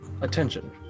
Attention